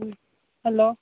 ꯎꯝ hello